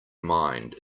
mind